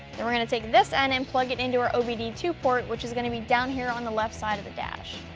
we're gonna take this and then and plug it into our o b d two port which is gonna be down here on the left side of the dash.